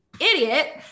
idiot